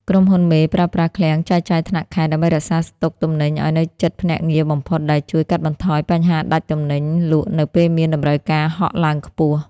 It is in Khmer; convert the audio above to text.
ក្រុមហ៊ុនមេប្រើប្រាស់ "ឃ្លាំងចែកចាយថ្នាក់ខេត្ត" ដើម្បីរក្សាស្តុកទំនិញឱ្យនៅជិតភ្នាក់ងារបំផុត ដែលជួយកាត់បន្ថយបញ្ហាដាច់ទំនិញលក់នៅពេលមានតម្រូវការហក់ឡើងខ្ពស់។